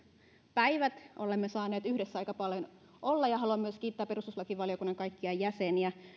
päivät olemme saaneet yhdessä aika paljon olla haluan myös kiittää kaikkia perustuslakivaliokunnan jäseniä